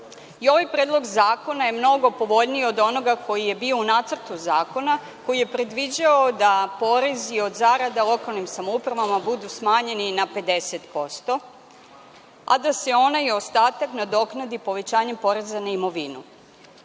i ovaj Predlog zakona je mnogo povoljniji od onoga koji je bio u Nacrtu zakona, koji je predviđao da porezi od zarada lokalnim samoupravama budu smanjeni na 50%, a da se onaj ostatak nadoknadi povećanjem poreza na imovinu. Svakako